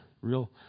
real